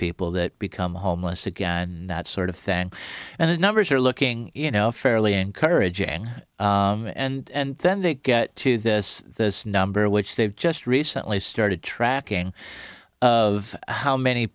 people that become homeless again and that sort of thing and the numbers are looking you know fairly encouraging and then they get to this this number which they've just recently started tracking of how many